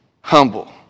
humble